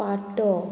पाटो